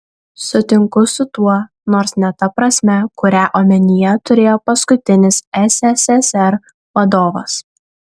sutinku su tuo nors ne ta prasme kurią omenyje turėjo paskutinis sssr vadovas